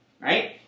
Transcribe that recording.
right